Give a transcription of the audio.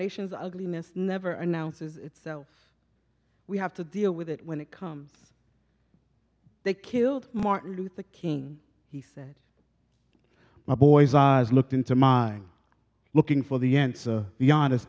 nation's ugliness never announces itself we have to deal with it when it comes they killed martin luther king he said my boy's eyes looked into mine looking for the answer